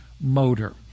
motor